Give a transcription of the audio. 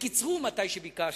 וקיצרו כשביקשתי,